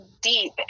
deep